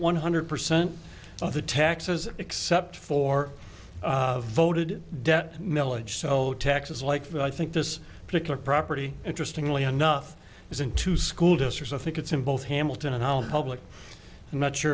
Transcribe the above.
one hundred percent of the taxes except for voted debt milledge so taxes like that i think this particular property interestingly enough is into school districts i think it's in both hamilton and all public i'm not sure